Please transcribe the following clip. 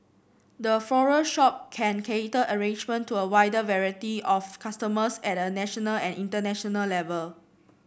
the floral shop can cater arrangements to a wider variety of customers at a national and international level